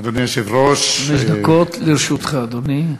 אדוני היושב-ראש, חמש דקות לרשותך, אדוני.